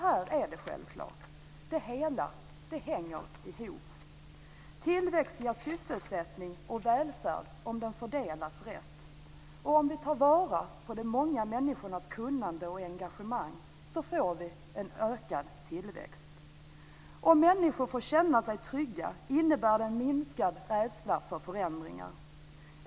Det är självklart att det hela hänger ihop när det gäller tillväxt, sysselsättning och välfärd. Om välfärden fördelas rätt och om vi tar vara på de många människornas kunnande och engagemang får vi en ökad tillväxt. Om människor kan känna sig trygga innebär det en minskad rädsla för förändringar.